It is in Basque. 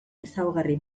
ezaugarri